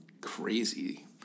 crazy